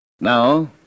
Now